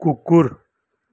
कुकुर